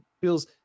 feels